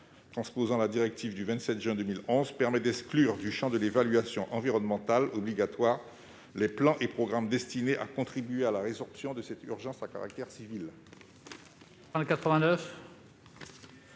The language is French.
transposant la directive du 27 juin 2011, permet d'exclure du champ de l'évaluation environnementale obligatoire les plans et programmes destinés à contribuer à la résorption de cette urgence à caractère civil.